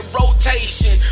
rotation